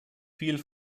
viel